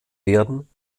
werden